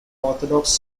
orthodox